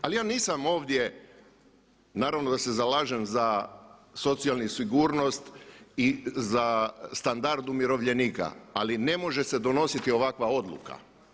Ali ja nisam ovdje, naravno da se zalažem za socijalnu sigurnost i za standard umirovljenika ali ne može se donositi ovakva odluka.